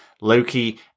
loki